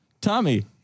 Tommy